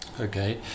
Okay